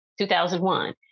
2001